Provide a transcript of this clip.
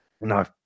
no